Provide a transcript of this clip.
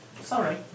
Sorry